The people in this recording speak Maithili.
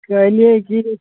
कहलियै की